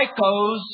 psychos